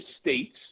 states